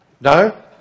No